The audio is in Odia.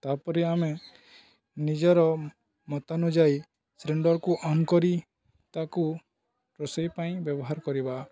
ତାପରେ ଆମେ ନିଜର ମତ ଅନୁଯାୟୀ ସିଲିଣ୍ଡରକୁ ଅନ୍ କରି ତାକୁ ରୋଷେଇ ପାଇଁ ବ୍ୟବହାର କରିବା